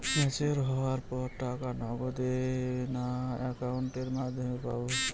Mature হওয়ার পর টাকা নগদে না অ্যাকাউন্টের মাধ্যমে পাবো?